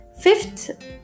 Fifth